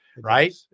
right